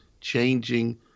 changing